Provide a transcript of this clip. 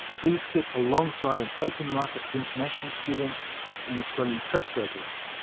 these sit alongside an open market for international students and australian postgraduates,